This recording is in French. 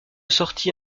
sortie